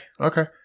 Okay